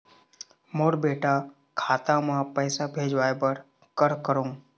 मोर बेटा खाता मा पैसा भेजवाए बर कर करों?